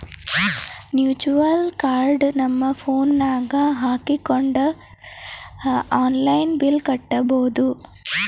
virtual card ನಮ್ phone ನಾಗ್ ಹಾಕೊಂಡ್ ಆನ್ಲೈನ್ ಬಿಲ್ ಕಟ್ಟಬೋದು